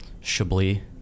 Chablis